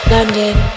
London